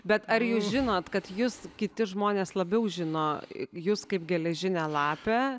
bet ar jūs žinot kad jus kiti žmonės labiau žino jus kaip geležinę lapę